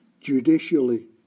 Judicially